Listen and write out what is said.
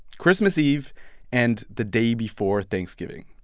christmas eve and the day before thanksgiving.